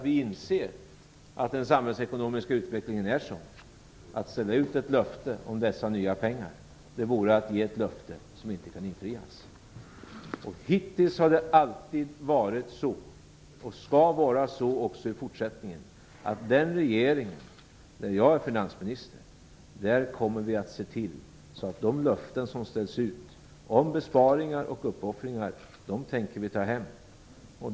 Vi inser att den samhällsekonomiska situationen är sådan att man inte kan sända ut ett löfte om dessa nya pengar. Det vore att ge ett löfte som inte kan infrias. Hittills har det alltid varit så och skall så vara även i fortsättningen, att den regering där jag är finansminister kommer att se till att de löften som ställs ut om besparingar och uppoffringar tänker vi ta hem.